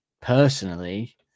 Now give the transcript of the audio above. personally